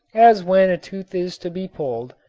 as when a tooth is to be pulled,